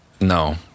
no